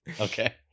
okay